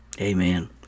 Amen